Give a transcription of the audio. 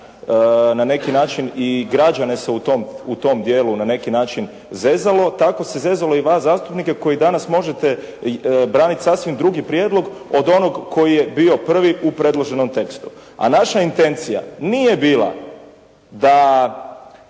na neki način i građane se u tom dijelu na neki način zezalo, tako se zezalo i vas zastupnike koji danas možete braniti sasvim drugi prijedlog od onog koji je bio prvi u predloženom tekstu. A naša intencija nije bila da